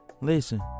Listen